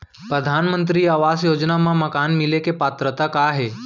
परधानमंतरी आवास योजना मा मकान मिले के पात्रता का हे?